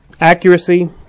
Accuracy